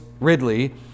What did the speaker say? ridley